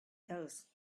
those